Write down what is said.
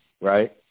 Right